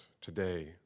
today